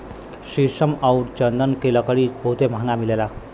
शीशम आउर चन्दन के लकड़ी बहुते महंगा मिलेला